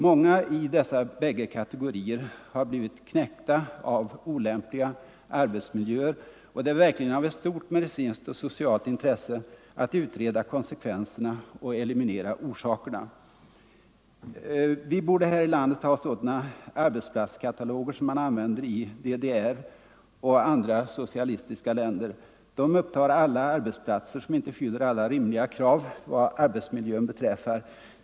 Många i dessa bägge kategorier har blivit knäckta av olämpliga arbetsmiljöer, och det är verkligen av stort medicinskt och socialt intresse att utreda konsekvenserna och eliminera orsakerna. Vi borde här i landet ha sådana arbetsplatskataloger som man använder i DDR och andra socialistiska länder. De upptar alla arbetsplatser som inte fyller alla rimliga krav vad arbetsmiljön beträffar.